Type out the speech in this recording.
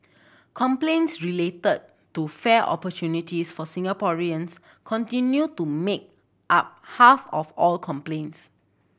complaints related to fair opportunities for Singaporeans continue to make up half of all complaints